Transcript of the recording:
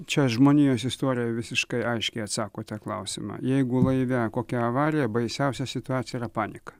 čia žmonijos istorijoj visiškai aiškiai atsakote klausimą jeigu laive kokia avarija baisiausia situacija yra panika